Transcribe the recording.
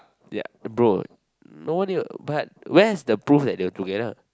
ya bro no one here but where is the proof that they were together